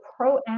proactive